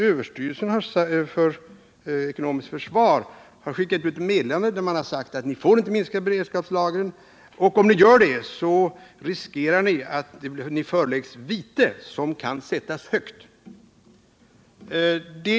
Överstyrelsen för ekonomiskt försvar har t.o.m. skickat ut ett meddelande om att beredskapslagren inte får minskas. Om ni gör det, riskerar ni att ni föreläggs vite som kan sättas högt, heter det.